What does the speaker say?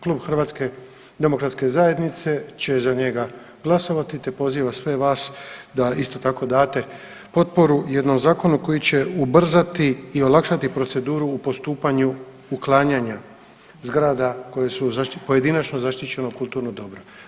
Klub HDZ će za njega glasovati te poziva sve vas da isto tako date potporu jednom zakonu koji će ubrzati i olakšati proceduru u postupanju uklanjanja zgrada koje su pojedinačno zaštićeno kulturno dobro.